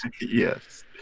Yes